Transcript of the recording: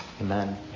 Amen